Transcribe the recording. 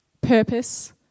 purpose